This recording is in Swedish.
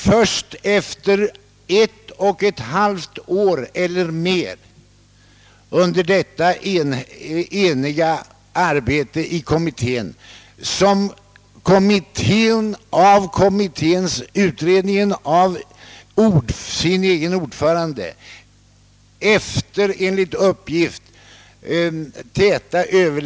Först efter ett och ett halvt år eller mer av enigt arbete ställdes utredningen plötsligt inför det faktum att här skulle göras en mycket hastig och radikal beskärning.